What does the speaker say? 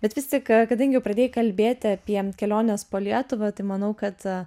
bet vis tik kadangi jau pradėjai kalbėti apie keliones po lietuvą tai manau kad